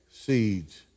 seeds